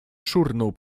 szurnął